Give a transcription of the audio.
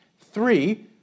Three